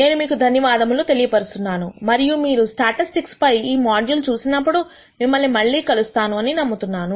నేనునీకు ధన్యవాదములు తెలియపరుస్తున్నాను మరియు మీరు స్టాటిస్టిక్స్ పై ఈ మాడ్యూల్ చూసినప్పుడు మిమ్మల్ని మళ్ళీ చూస్తాను అని నమ్ముతున్నాను